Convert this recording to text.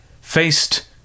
faced